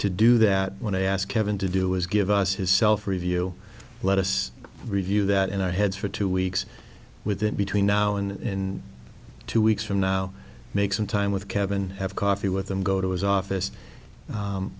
to do that when i ask kevin to do is give us his self review let us review that in our heads for two weeks with it between now in two weeks from now make some time with kevin have coffee with him go to his office